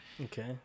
Okay